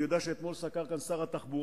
אני יודע שאתמול סקר כאן שר התחבורה,